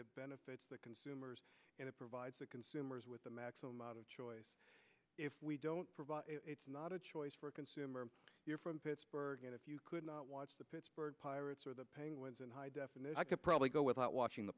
it benefits the consumers and it provides the consumers with the maximum amount of choice if we don't provide it's not a choice for a consumer from pittsburgh and if you could not watch the pittsburgh pirates or the penguins in high definition i could probably go without watching the